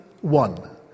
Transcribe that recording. one